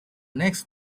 next